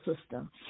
system